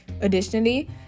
Additionally